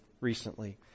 recently